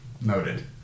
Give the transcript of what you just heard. Noted